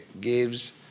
gives